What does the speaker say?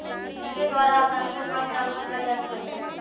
GPay द्वारा असानी से फंड ट्रांसफर कयल जा सकइ छइ